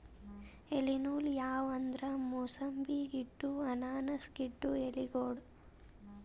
ಎಲಿ ನೂಲ್ ಯಾವ್ ಅಂದ್ರ ಮೂಸಂಬಿ ಗಿಡ್ಡು ಅನಾನಸ್ ಗಿಡ್ಡು ಎಲಿಗೋಳು